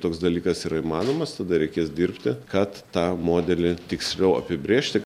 toks dalykas yra įmanomas tada reikės dirbti kad tą modelį tiksliau apibrėžti